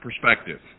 perspective